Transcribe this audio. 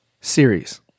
Series